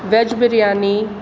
veg biryani